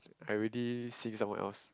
I already seeing someone else